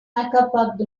incapable